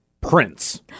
Prince